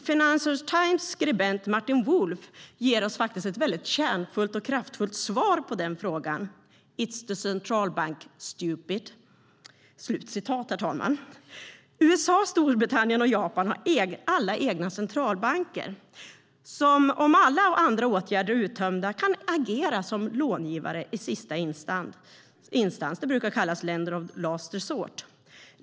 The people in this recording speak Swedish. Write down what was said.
Financial Times skribent Martin Wolf ger oss ett väldigt kärnfullt och kraftfullt svar på den frågan: "It is the central bank, stupid." USA, Storbritannien och Japan har alla egna centralbanker som om alla andra åtgärder är uttömda kan agera som långivare i sista instans - instanser som brukar kallas lender of last resort.